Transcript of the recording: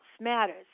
matters